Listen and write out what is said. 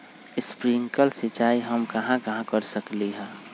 Sprinkle सिंचाई हम कहाँ कहाँ कर सकली ह?